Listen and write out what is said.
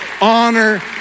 honor